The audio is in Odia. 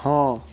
ହଁ